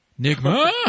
Nigma